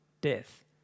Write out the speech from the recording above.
death